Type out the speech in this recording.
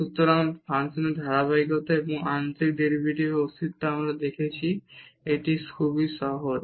সুতরাং ফাংশনের ধারাবাহিকতা এবং আংশিক ডেরিভেটিভের অস্তিত্ব আমরা দেখেছি একটি সহজ